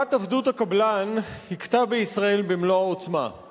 אנחנו נתחיל, ובשעה 13:30 או בסמוך לה, אם יהיה עד